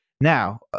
now